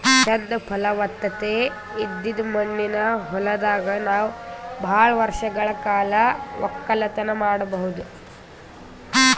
ಚಂದ್ ಫಲವತ್ತತೆ ಇದ್ದಿದ್ ಮಣ್ಣಿನ ಹೊಲದಾಗ್ ನಾವ್ ಭಾಳ್ ವರ್ಷಗಳ್ ಕಾಲ ವಕ್ಕಲತನ್ ಮಾಡಬಹುದ್